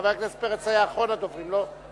חבר הכנסת פרץ היה אחרון הדוברים, לא?